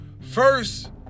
First